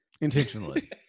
intentionally